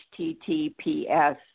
https